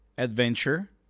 adventure